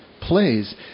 plays